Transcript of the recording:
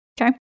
Okay